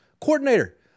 Coordinator